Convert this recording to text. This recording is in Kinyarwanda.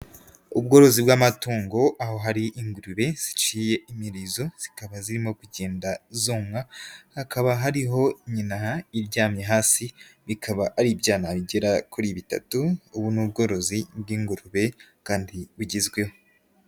Ubworozi bw'amatungo aho hari ingurube ziciye imirizo zikaba zirimo kugenda zonka, hakaba hariho nyina iryamye hasi bikaba ari ibyana bigera kuri bitatu, ubu ni ubworozi bw'ingurube kandi bugezweho.